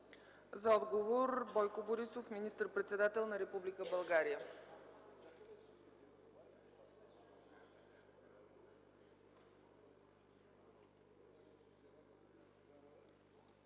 За отговор – Бойко Борисов, министър-председател на Република България.